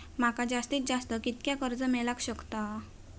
माका जास्तीत जास्त कितक्या कर्ज मेलाक शकता?